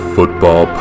Football